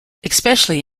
especially